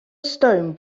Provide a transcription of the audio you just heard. stone